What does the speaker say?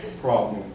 problem